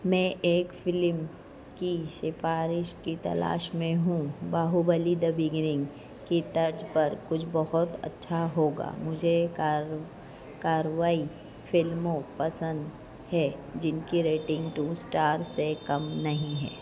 मैं एक फ़िलिम की सिफारिश की तलाश में हूँ बाहुबली द बिगिनिंग की तर्ज़ पर कुछ बहुत अच्छा होगा मुझे कार कार्रवाई फ़िल्मों पसंद हैं जिनकी रेटिंग टू स्टार्स से कम नहीं है